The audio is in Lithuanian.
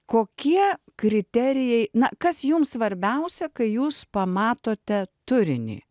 kokie kriterijai na kas jums svarbiausia kai jūs pamatote turinį